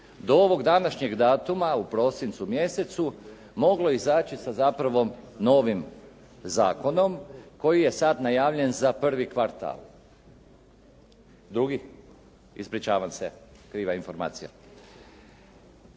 do ovog današnjeg datuma u prosincu mjesecu moglo izaći sa zapravo novim zakonom koji je sad najavljen za prvi kvartal. Drugi? Ispričavam se. Kriva informacija.